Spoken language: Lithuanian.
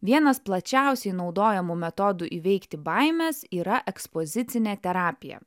vienas plačiausiai naudojamų metodų įveikti baimes yra ekspozicinė terapija